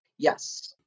Yes